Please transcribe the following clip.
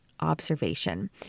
observation